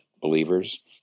believers